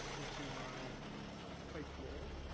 into my pipe role